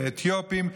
לאתיופים,